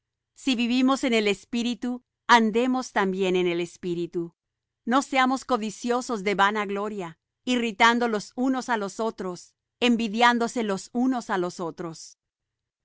si vivimos en el espíritu andemos también en el espíritu no seamos codiciosos de vana gloria irritando los unos á los otros envidiándose los unos á los otros